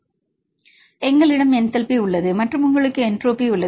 எனவே எங்களிடம் என்டல்பி உள்ளது மற்றும் உங்களுக்கு என்ட்ரோபி உள்ளது